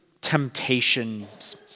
temptations